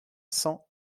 cent